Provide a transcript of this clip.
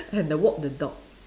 and the walk the dog